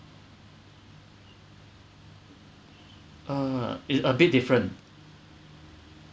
uh it's a bit different